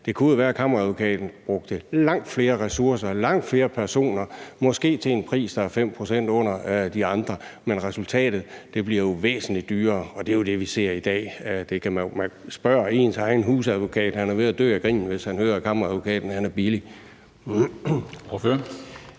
Det kunne jo være, at Kammeradvokaten brugte langt flere ressourcer, langt flere personer, måske til en pris, der er 5 pct. under de andre, men at resultatet jo er, at det bliver væsentlig dyrere. Det er jo det, vi ser i dag. Spørger man ens egen husadvokat, er han ved at dø af grin, når han hører, at Kammeradvokaten er billig.